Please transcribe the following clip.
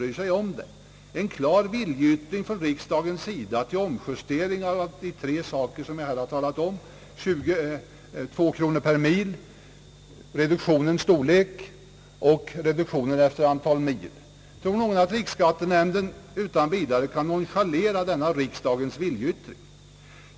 Riksskattenämnden kan inte utan vidare nonchalera en klart uttalad vilja från riksdagen på de tre punkter vi här har talat om: krontalet per mil, reduktionens storlek och reduktionen per mil. Tror någon att riksskattenämnden utan vidare kan nonchalera denna riksdagens viljeyttring?